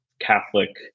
Catholic